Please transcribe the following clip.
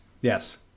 Yes